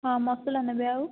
ହଁ ମସଲା ନେବେ ଆଉ